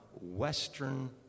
Western